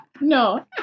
no